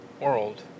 world